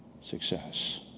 success